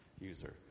user